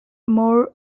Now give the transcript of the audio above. more